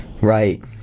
Right